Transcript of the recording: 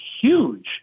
huge